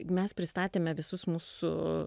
mes pristatėme visus mūsų